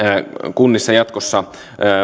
kunnissa jatkossa